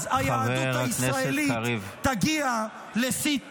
אז, היהדות הישראלית תגיע לשיא תפארתה.